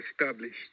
established